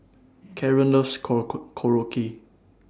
Karan loves Korokke